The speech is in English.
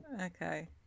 Okay